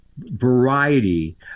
variety